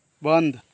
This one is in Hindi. बन्द